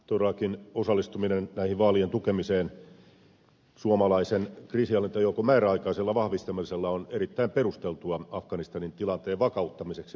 todellakin osallistuminen näiden vaalien tukemiseen suomalaisen kriisinhallintajoukon määräaikaisella vahvistamisella on erittäin perusteltua afganistanin tilanteen vakauttamiseksi vaikka niin kuin tuossa äsken ed